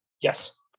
Yes